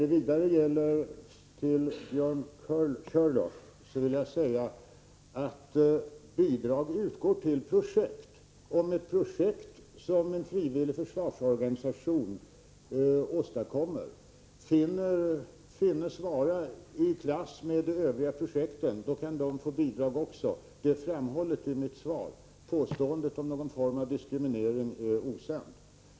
Till Björn Körlof vill jag säga att bidrag utgår till projekt. Om ett projekt som en frivillig försvarsorganisation åstadkommer finnes vara i klass med de övriga projekten, kan också det få bidrag. Detta framhålles i mitt svar. Påståendet om någon form av diskriminering är osant.